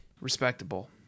Respectable